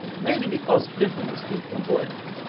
mainly because clinton was too flamboyant.